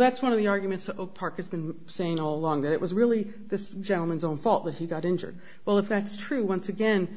that's one of the arguments of parker's been saying all along that it was really this gentleman's own fault that he got injured well if that's true once again